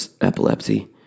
epilepsy